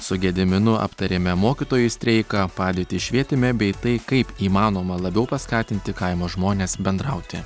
su gediminu aptarėme mokytojų streiką padėtį švietime bei tai kaip įmanoma labiau paskatinti kaimo žmones bendrauti